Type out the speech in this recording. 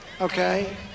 okay